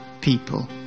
people